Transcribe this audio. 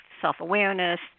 self-awareness